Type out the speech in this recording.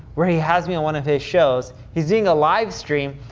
where he has me on one of his shows. he's doing a live stream,